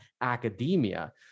academia